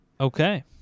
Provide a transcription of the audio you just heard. Okay